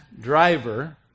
driver